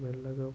మెల్లగా